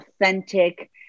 authentic